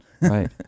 Right